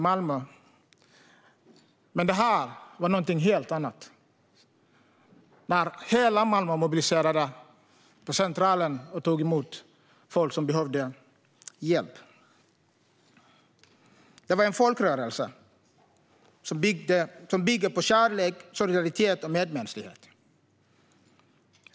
Men det här var någonting helt annat. Hela Malmö mobiliserade på Centralen och tog emot folk som behövde hjälp. Detta är en folkrörelse som bygger på kärlek, solidaritet och medmänsklighet.